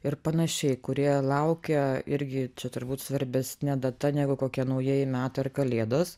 ir panašiai kurie laukia irgi čia turbūt svarbesnė data negu kokie naujieji metai ar kalėdos